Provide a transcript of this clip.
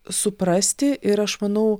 suprasti ir aš manau